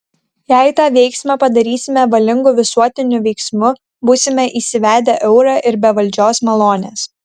jei tą veiksmą padarysime valingu visuotiniu veiksmu būsime įsivedę eurą ir be valdžios malonės